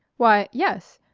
why yes.